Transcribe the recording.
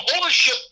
ownership